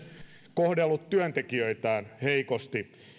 kohdellut työntekijöitään heikosti